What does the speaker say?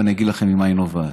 ואני אגיד לכם ממה היא נובעת.